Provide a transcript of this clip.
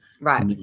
right